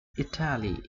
italy